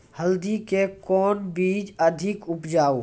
हल्दी के कौन बीज अधिक उपजाऊ?